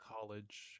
college